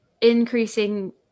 increasing